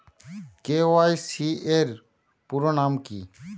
KYC এর পুরোনাম কী?